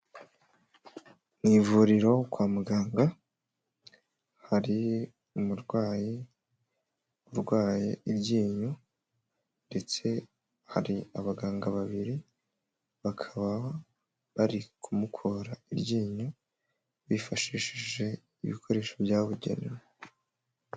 Mu ivuriro kwa muganga hari umurwayi urwaye iryinyo, ndetse hari abaganga babiri bakaba bari kumukura iryinyo bifashishije ibikoresho byabugenewe.